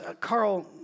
Carl